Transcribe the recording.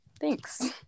thanks